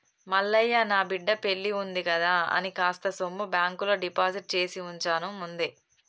మల్లయ్య నా బిడ్డ పెల్లివుంది కదా అని కాస్త సొమ్ము బాంకులో డిపాజిట్ చేసివుంచాను ముందే